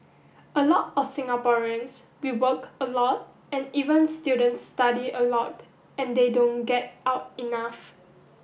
a lot of Singaporeans we work a lot and even students study a lot and they don't get out enough